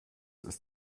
ist